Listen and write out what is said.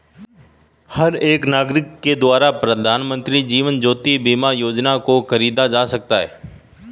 हर एक नागरिक के द्वारा प्रधानमन्त्री जीवन ज्योति बीमा योजना को खरीदा जा सकता है